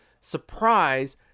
surprise